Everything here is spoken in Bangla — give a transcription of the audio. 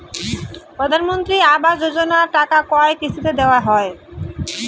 প্রধানমন্ত্রী আবাস যোজনার টাকা কয় কিস্তিতে দেওয়া হয়?